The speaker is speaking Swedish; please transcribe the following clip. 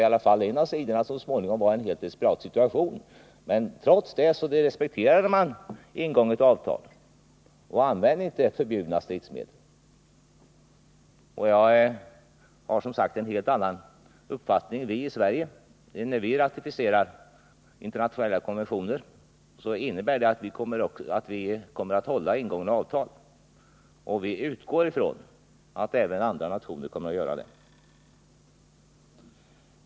I varje fall en av de stridande sidorna kom så småningom i en helt desperat situation, men trots det respekterade man det ingångna avtalet och använde inte förbjudna stridsmedel. Jag har alltså en helt annan uppfattning än Oswald Söderqvist i detta avseende. När vi i Sverige ratificerar internationella konventioner innebär det att vi kommer att hålla ingångna avtal. Vi utgår ifrån att även andra nationer kommer att göra det.